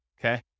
okay